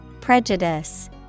Prejudice